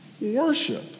worship